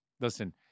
Listen